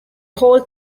whole